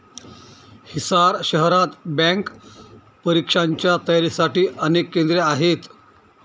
हिसार शहरात बँक परीक्षांच्या तयारीसाठी अनेक केंद्रे आहेत